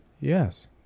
Yes